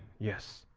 yes,